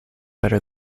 better